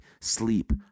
sleep